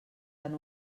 han